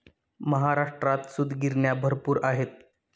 महाराष्ट्रात सूतगिरण्या भरपूर आहेत